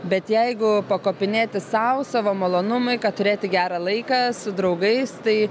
bet jeigu pakopinėti sau savo malonumui kad turėti gerą laiką su draugais tai